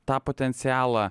tą potencialą